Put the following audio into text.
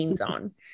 on